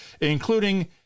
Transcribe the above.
including